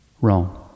Rome